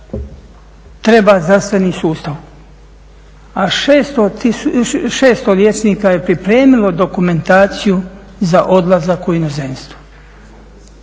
treba zdravstveni sustav, a 600 liječnika je pripremilo dokumentaciju za odlazak u inozemstvo.